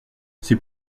c’est